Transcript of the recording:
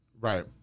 Right